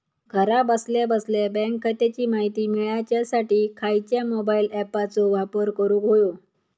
घरा बसल्या बसल्या बँक खात्याची माहिती मिळाच्यासाठी खायच्या मोबाईल ॲपाचो वापर करूक होयो?